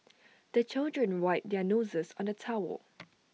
the children wipe their noses on the towel